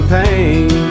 pain